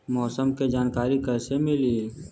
मौसम के जानकारी कैसे मिली?